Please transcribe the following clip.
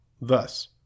Thus